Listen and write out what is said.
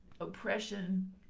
oppression